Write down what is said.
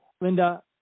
Linda